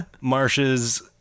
Marsh's